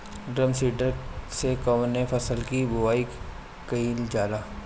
Drum seeder से कवने फसल कि बुआई कयील जाला?